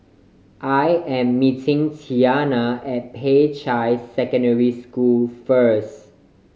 I am meeting Tiana at Peicai Secondary School first